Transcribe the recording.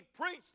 preach